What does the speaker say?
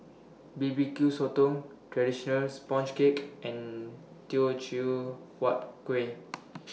B B Q Sotong Traditional Sponge Cake and Teochew Huat Kueh